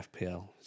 FPL